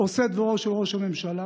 עושה דברו של ראש הממשלה,